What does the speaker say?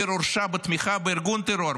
בן גביר הורשע בתמיכה בארגון טרור,